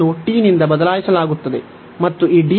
ಅನ್ನು t ನಿಂದ ಬದಲಾಯಿಸಲಾಗುತ್ತದೆ ಮತ್ತು ಈ